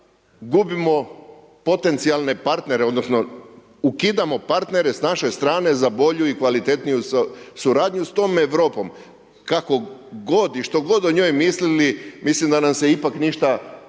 gubimo potencijalne partnere, odnosno ukidamo partnere s naše strane za bolju i kvalitetniju suradnju s tom Europom. Kako god i što god o njoj mislili mislim da nam se ipak ništa